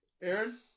Aaron